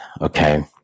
Okay